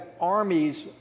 armies